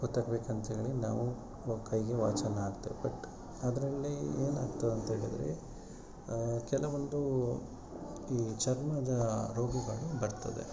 ಗೊತ್ತಾಗ್ಬೇಕಂಥೇಳಿ ನಾವು ಕೈಗೆ ವಾಚನ್ನು ಹಾಕ್ತೇವೆ ಬಟ್ ಅದರಲ್ಲಿ ಏನಾಗ್ತದೆ ಅಂತ ಹೇಳಿದರೆ ಕೆಲವೊಂದು ಈ ಚರ್ಮದ ರೋಗಗಳು ಬರ್ತದೆ